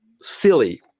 silly